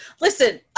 Listen